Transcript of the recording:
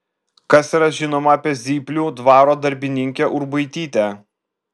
kas yra žinoma apie zyplių dvaro darbininkę urbaitytę